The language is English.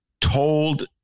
told